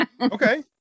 Okay